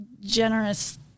generous